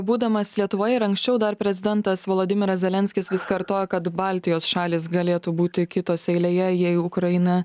būdamas lietuvoje ir anksčiau dar prezidentas volodimiras zelenskis vis kartoja kad baltijos šalys galėtų būti kitos eilėje jei ukraina